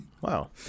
Wow